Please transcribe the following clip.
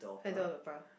handle the